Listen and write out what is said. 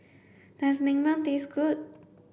does Naengmyeon taste good